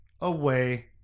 away